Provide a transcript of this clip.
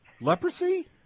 leprosy